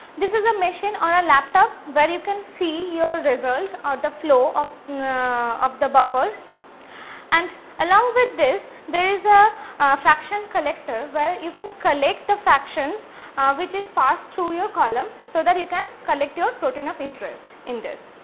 this is a machine or a laptop, where but you can see your result or the flow of of the buffers and along with this there is a fraction collector where you can collect the fractions which is passed through your column so that you can collect your protein of interest in this.